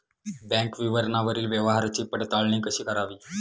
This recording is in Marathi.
बँक विवरणावरील व्यवहाराची पडताळणी कशी करावी?